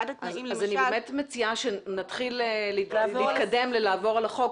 אחד התנאים למשל --- אז אני מציעה שנתחיל להתקדם ולעבור על החוק.